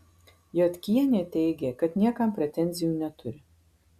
jodkienė teigė kad niekam pretenzijų neturi